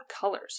colors